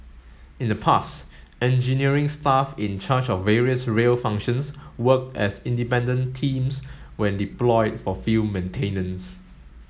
in the past engineering staff in charge of various rail functions worked as independent teams when deployed for field maintenance